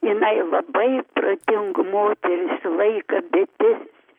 jinai labai protinga moteris laika bites